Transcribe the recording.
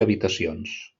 habitacions